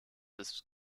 des